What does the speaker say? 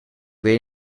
weet